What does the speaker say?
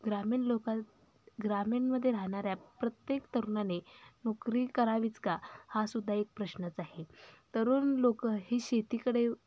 ग्रामीण लोक ग्रामीणमध्ये राहणाऱ्या प्रत्येक तरुणाने नोकरी करावीच का हासुद्धा एक प्रश्नच आहे तरुण लोकं ही शेतीकडे